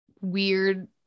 weird